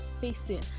facing